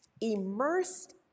Immersed